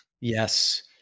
Yes